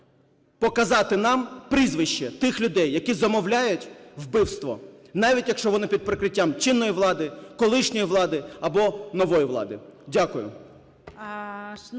показати нам прізвища тих людей, які замовляють вбивство, навіть якщо вони під прикриттям чинної влади, колишньої влади або нової влади. Дякую.